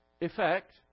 effect